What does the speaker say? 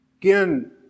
Again